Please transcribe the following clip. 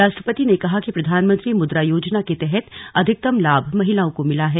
राष्ट्रपति ने कहा कि प्रधानमंत्री मुद्रा योजना के तहत अधिकतम लाभ महिलाओं को मिला है